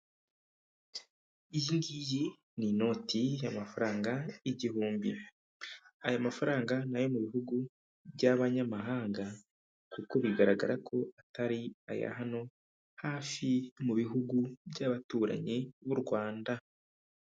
Iyi ngiyi ni inoti y'amafaranga igihumbi, aya mafaranga ni ayo mu bihugu by'abanyamahanga kuko bigaragara ko atari aya hano hafi mu bihugu by'abaturanyi b'u Rwanda.